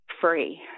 free